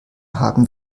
haben